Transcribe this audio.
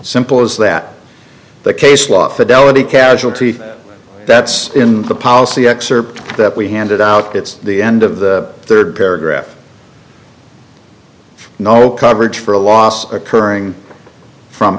simple as that the case law fidelity casualty that's in the policy excerpt that we handed out it's the end of the third paragraph no coverage for a loss occurring from